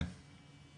כן.